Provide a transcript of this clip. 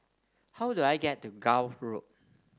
how do I get to Gul Road